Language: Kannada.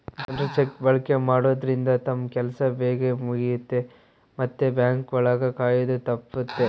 ಜನ್ರು ಚೆಕ್ ಬಳಕೆ ಮಾಡೋದ್ರಿಂದ ತಮ್ ಕೆಲ್ಸ ಬೇಗ್ ಮುಗಿಯುತ್ತೆ ಮತ್ತೆ ಬ್ಯಾಂಕ್ ಒಳಗ ಕಾಯೋದು ತಪ್ಪುತ್ತೆ